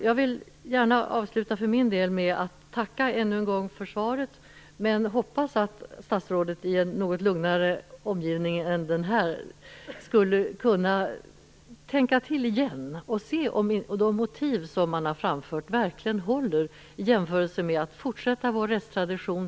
Jag vill för min del gärna avsluta med att än en gång tacka för svaret. Men jag hoppas att statsrådet i en något lugnare omgivning än denna skulle kunna tänka till igen och se om de motiv som man har framfört verkligen håller jämfört med att fortsätta vår rättstradition.